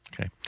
Okay